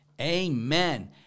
Amen